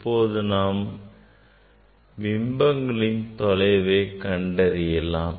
இப்போது நாம் பிம்பங்களின் தொலைவை கண்டறியலாம்